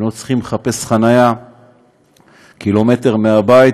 הם לא צריכים לחפש חניה קילומטר מהבית